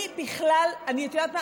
אני בכלל, את יודעת מה?